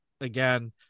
again